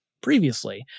previously